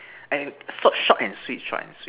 and sort short and Sweet short and sweet